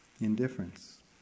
indifference